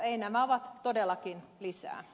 ei nämä ovat todellakin lisää